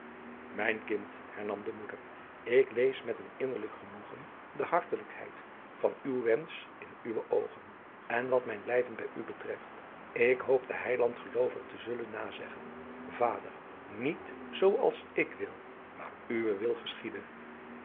mijn kind hernam de moeder ik lees met een innerlijk genoegen de hartelijkheid van uw wensch in uwe oogen en wat mijn blijven bij u betreft ik hoop den heiland geloovig te zullen kunnen nazeggen vader adriaan loosjes pzn het leven van hillegonda buisman niet zoo als ik wil maar uwe wil geschiede